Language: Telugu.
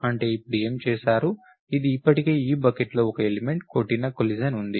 అంటే ఇప్పుడు ఏమి చేసారు ఇది ఇప్పటికే ఈ బకెట్లో ఒక ఎలిమెంట్ కాబట్టి కొలిజన్ ఉంది